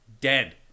dead